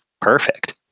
perfect